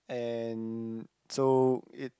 and so it